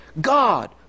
God